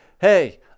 hey